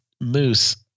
moose